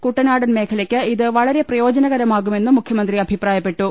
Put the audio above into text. കുട്ടനാടൻ മേഖലയ്ക്ക് ഇത് വളരെ പ്രയോജനകര മാകുമെന്നും മുഖ്യമന്ത്രി അഭിപ്രായപ്പെട്ടു